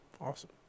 awesome